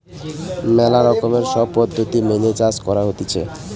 ম্যালা রকমের সব পদ্ধতি মেনে চাষ করা হতিছে